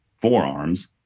forearms